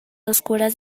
oscuras